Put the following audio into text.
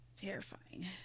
Terrifying